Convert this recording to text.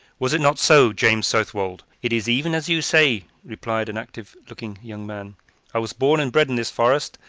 was it not so, james southwold? it is even as you say, replied an active-looking young man i was born and bred in this forest,